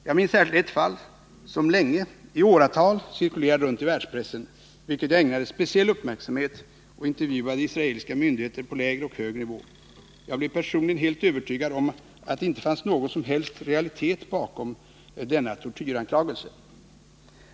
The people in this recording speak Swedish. Jag minns särskilt ett fall som i åratal cirkulerade i världspressen och som jag ägnade speciell uppmärksamhet. Jag intervjuade personer från israeliska myndigheter på lägre och högre nivå, och jag blev personligen helt övertygad om att det inte fanns någon som helst realitet bakom denna tortyranklagelse.